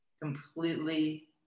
completely